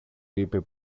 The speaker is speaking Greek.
είπε